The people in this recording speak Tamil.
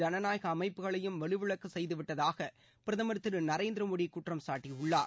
ஜனநாயக அமைப்புகளையும் வலுவிழக்கச் செய்துவிட்டதாக பிரதமர் திரு நரேந்திர மோடி குற்றம்சாட்டியுள்ளார்